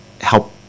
help